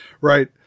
right